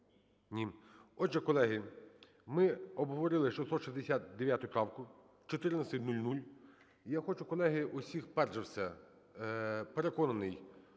Ні. Отже, колеги, ми обговорили 669 правку, 14:00. І я хочу, колеги, усіх… Перш за все переконаний,